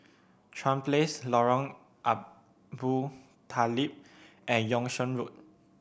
Chuan Place Lorong Abu Talib and Yung Sheng Road